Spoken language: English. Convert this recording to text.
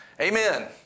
amen